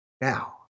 Now